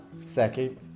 second